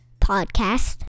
Podcast